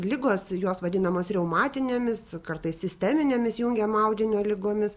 ligos jos vadinamos reumatinėmis kartais sisteminėmis jungiamo audinio ligomis